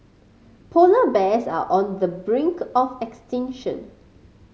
polar bears are on the brink of extinction